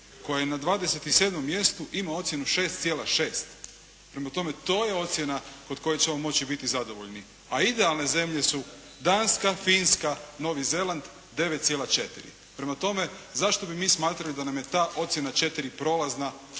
koja je na 27 mjestu ima ocjenu 6,6. Prema tome, to je ocjena kod koje ćemo moći biti zadovoljni, a idealne zemlje su Danska, Finska, Novi Zeland 9,4. Prema tome, zašto bi mi smatrali da nam je ta ocjena 4 prolazna.